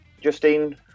justine